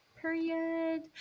period